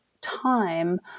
time